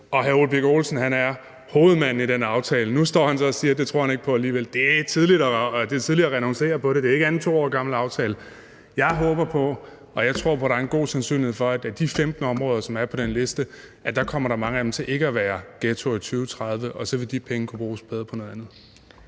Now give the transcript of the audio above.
og hr. Ole Birk Olesen er hovedmanden i den aftale. Nu står han så og siger, at det tror han ikke på alligevel. Det er tidligt at renoncere på det. Det er en aftale, der ikke er mere end 2 år gammel. Jeg håber på, og jeg tror på, at der er en god sandsynlighed for, at blandt de 15 områder, som er på den liste, kommer mange af dem til ikke at være ghettoer i 2030, og så vil de penge kunne bruges bedre på noget andet.